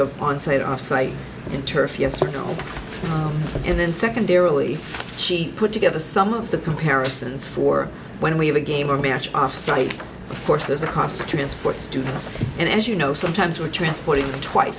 of on site off site in turf yes or no and then secondarily she put together some of the comparisons for when we have a game or batch off site forces across the transport students and as you know sometimes we're transporting twice